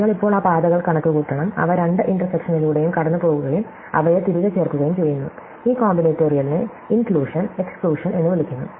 നിങ്ങൾ ഇപ്പോൾ ആ പാതകൾ കണക്കുകൂട്ടണം അവ രണ്ട് ഇന്റർസെക്ഷനിലുടെയും കടന്നുപോകുകയും അവയെ തിരികെ ചേർക്കുകയും ചെയ്യുന്നു ഈ കോമ്പിനേറ്റോറിയലിനെ ഇന്ക്ലൂഷൻ എക്സ്ക്ലൂഷൻ എന്ന് വിളിക്കുന്നു